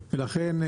ולכן,